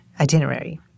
itinerary